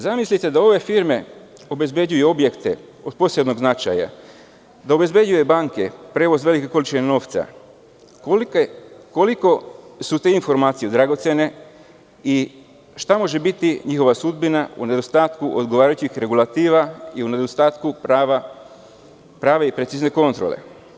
Zamislite da ove firme obezbeđuju objekte od posebnog značaja, da obezbeđuju banke, prevoz velike količine novca, koliko su te informacije dragocene i šta može biti njihova sudbina u nedostatku odgovarajućih regulativa i u nedostatku prave i precizne kontrole?